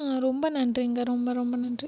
ரொம்ப நன்றிங்க ரொம்ப ரொம்ப நன்றி